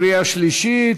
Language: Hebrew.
קריאה שלישית.